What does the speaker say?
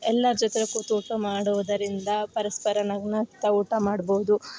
ಎಲ್ಲಾರ ಜೊತೆ ಕೂತು ಊಟ ಮಾಡುವುದರಿಂದ ಪರಸ್ಪರ ನಗುನಗ್ತಾ ಊಟ ಮಾಡ್ಬೌದು